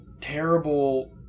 terrible